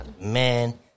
man